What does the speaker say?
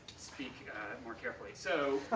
speak more carefully. so,